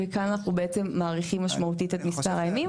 וכאן אנחנו בעצם מאריכים משמעותית את מספר הימים.